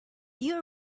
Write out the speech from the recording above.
you